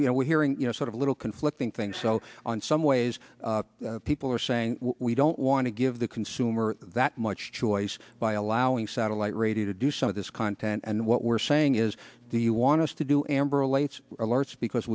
you know we're hearing you know sort of a little conflicting thing so on some ways people are saying we don't want to give the consumer that much choice by allowing satellite radio to do some of this content and what we're saying is do you want us to do a